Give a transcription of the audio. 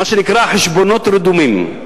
מה שנקרא חשבונות רדומים,